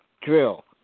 drill